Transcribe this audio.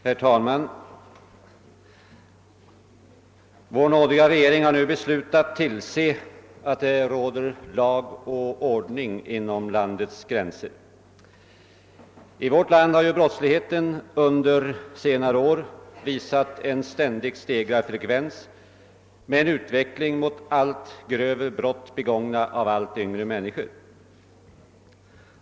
Herr talman! Vår nådiga regering har nu beslutat tillse att det råder lag och ordning inom landets gränser. I vårt land har brottsligheten under senare år visat en ständigt stegrad frekvens med en utveckling mot allt grövre brott begångna av allt yngre människor.